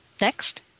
Next